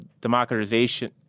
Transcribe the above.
democratization